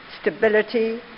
stability